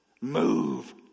move